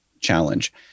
challenge